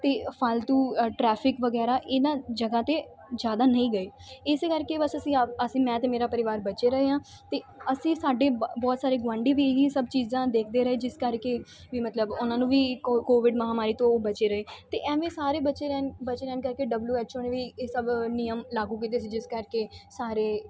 ਅਤੇ ਫਾਲਤੂ ਟਰੈਫਿਕ ਵਗੈਰਾ ਇਹਨਾਂ ਜਗ੍ਹਾ 'ਤੇ ਜ਼ਿਆਦਾ ਨਹੀਂ ਗਏ ਇਸੇ ਕਰਕੇ ਬਸ ਅਸੀਂ ਆਪ ਅਸੀਂ ਮੈਂ ਅਤੇ ਮੇਰਾ ਪਰਿਵਾਰ ਬਚੇ ਰਹੇ ਹਾਂ ਅਤੇ ਅਸੀਂ ਸਾਡੇ ਬ ਬਹੁਤ ਸਾਰੇ ਗੁਆਂਢੀ ਵੀ ਇਹੀ ਸਭ ਚੀਜ਼ਾਂ ਦੇਖਦੇ ਰਹੇ ਜਿਸ ਕਰਕੇ ਵੀ ਮਤਲਬ ਉਹਨਾਂ ਨੂੰ ਵੀ ਕੋ ਕੋਵਿਡ ਮਹਾਮਾਰੀ ਤੋਂ ਬਚੇ ਰਹੇ ਅਤੇ ਐਵੇਂ ਸਾਰੇ ਬਚੇ ਰਹਿਣ ਬਚੇ ਰਹਿਣ ਕਰਕੇ ਡਬਲਯੂ ਐਚ ਓ ਨੇ ਵੀ ਇਹ ਸਭ ਨਿਯਮ ਲਾਗੂ ਕੀਤੇ ਸੀ ਜਿਸ ਕਰਕੇ ਸਾਰੇ